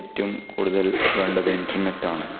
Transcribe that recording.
ഏറ്റവും കൂടുതൽ വേണ്ടത് ഇന്റർനെറ്റാണ്